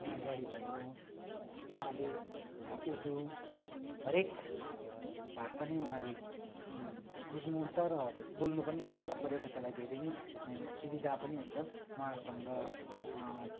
माडबारी भयो तुवाले उर्दु हरएक भाषा नै उहाँले बुझ्नु हुन्छ र बोल्नु पनि हुन्छ र पर्यटकहरूलाई धेरै नै सुविधा पनि हुन्छ उहाँसँग